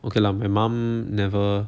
okay lah my mum never